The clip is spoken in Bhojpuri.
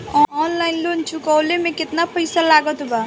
ऑनलाइन लोन चुकवले मे केतना पईसा लागत बा?